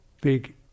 big